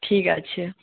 ঠিক আছে